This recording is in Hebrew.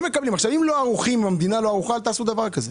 אם המדינה לא ערוכה אל תעשו דבר כזה.